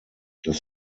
dass